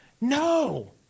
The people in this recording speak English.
no